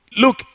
Look